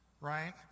right